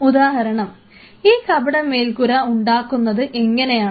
ഉദാഹരണം ഈ കപട മേൽക്കൂര ഉണ്ടാക്കുന്നത് എങ്ങനെയാണ്